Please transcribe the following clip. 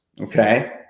okay